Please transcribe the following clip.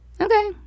Okay